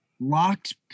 locked